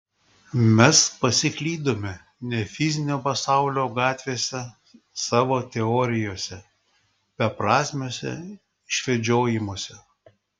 mes pasiklydome ne fizinio pasaulio gatvėse savo teorijose beprasmiuose išvedžiojimuose